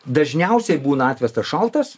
dažniausiai būna atvestas šaltas